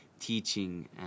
teaching